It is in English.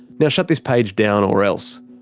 now shut this page down or else.